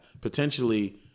potentially –